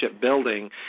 building